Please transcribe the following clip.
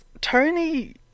tony